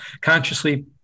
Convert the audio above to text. consciously